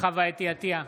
חוה אתי עטייה,